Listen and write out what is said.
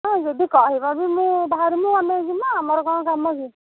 ହଁ ଯଦି କହିବ ବି ମୁଁ ବାହାରିମୁ ଆମେ ଯିମା ଆମର କଣ କାମ କି